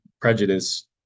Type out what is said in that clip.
prejudice